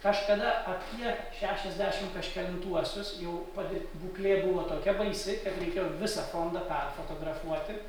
kažkada apie šešiasdešim kažkelintuosius jau pati būklė buvo tokia baisi kad reikėjo visą fondą perfotografuoti